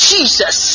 Jesus